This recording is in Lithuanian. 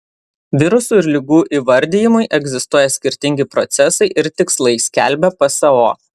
virusų ir ligų įvardijimui egzistuoja skirtingi procesai ir tikslai skelbia pso